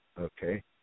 Okay